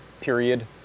period